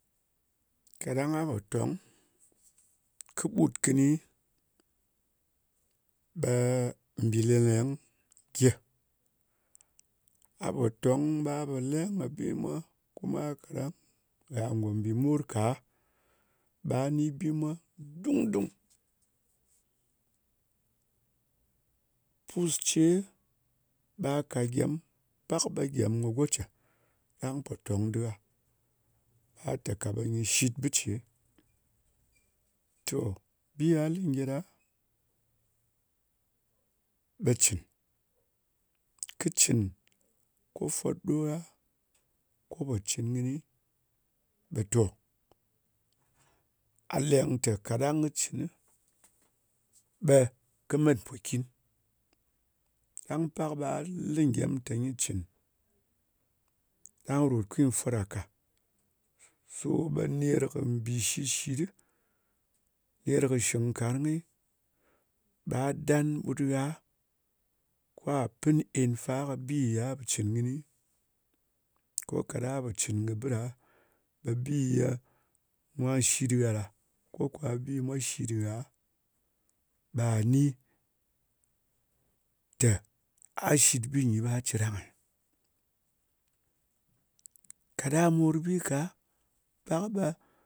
Ka ɗan nha pa ton, kɨ ɓut kɨni, ɓaa, bi leng leng ghɨ. A pa ton ɓa a pa leng mat be mwa, kuma kaɗang gha go bi mor ka, gha ni bi mwa dung dung. Pus ce ɓa a kat gyem pak khe gyem goce ɗan pa ton dinha. Ah ta ka ba nyi shit bice. To, bi a li gyeɗa ɓa cin, kɨ cin ko fot ɗo gha, ko po cin kɨni ɓa to, a leng ta kaɗang ki cin ɓa kɨ mat pokin, ɗan pak ɓa a li gyem ta nyi cin, ɗan rot khi fot gha ka, so ɓa ner bi shit shit, net kɨ bi shinkaram ni, ɓa a dan ɓut gha kwa pin ēnfa ki biya a pa cin kɨni ko kaɗa a pa cin ki bi ɗa, ɓa biyah mwa shit gha ɗa ko kowa mwa shit gha ɓa ni ta a shit bighi, a cin yaren'eh? Kaɗa morbi ka pak ɓa.